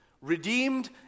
redeemed